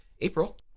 April